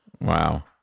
wow